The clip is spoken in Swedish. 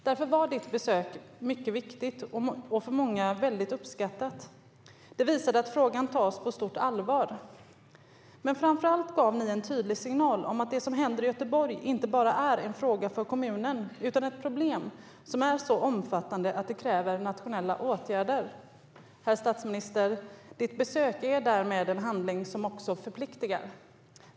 Därför var statsministerns besök mycket viktigt och av många väldigt uppskattat. Det visade att frågan tas på stort allvar. Men framför allt gav ni en tydlig signal om att det som händer i Göteborg inte bara är en fråga för kommunen utan ett problem som är så omfattande att det kräver nationella åtgärder. Herr statsminister! Ert besök är därmed en handling som också förpliktigar.